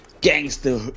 gangster